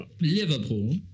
Liverpool